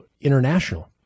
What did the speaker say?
international